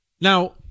Now